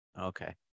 Okay